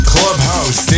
Clubhouse